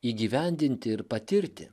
įgyvendinti ir patirti